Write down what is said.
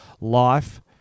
life